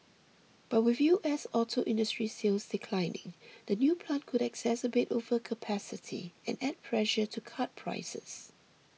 but with U S auto industry sales declining the new plant could exacerbate overcapacity and add pressure to cut prices